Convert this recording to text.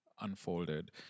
unfolded